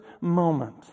moment